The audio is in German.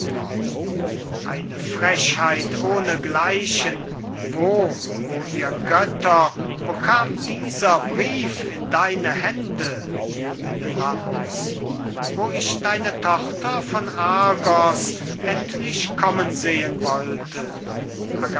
eine frechheit ohne gleichen wo o ihr götter wo kam dieser brief in deine hände menelaus wo ich deine tochter von argos endlich kommen sehen wollte